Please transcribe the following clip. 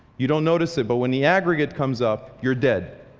you don't notice it, but when the aggregate comes up you're dead.